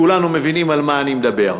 כולנו מבינים על מה אני מדבר.